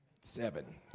seven